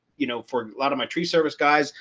you know, for a lot of my tree service guys,